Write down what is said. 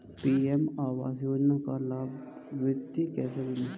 PM आवास योजना का लाभर्ती कैसे बनें?